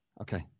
Okay